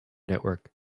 network